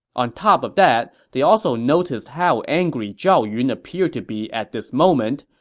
on top of that, they also noticed how angry zhao yun appeared to be at this moment,